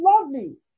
lovely